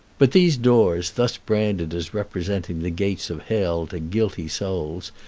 but these doors, thus branded as representing the gates of hell to guilty souls,